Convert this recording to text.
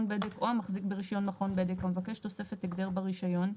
בדק או המחזיק ברישיון מכון בדק המבקש תוספת הגדר ברישיון,